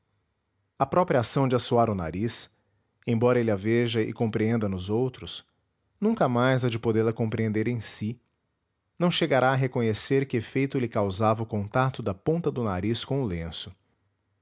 br própria ação de assoar o nariz embora ele a veja e compreenda nos outros nunca mais há de podê la compreender em si não chegará a reconhecer que efeito lhe causava o contacto da ponta do nariz com o lenço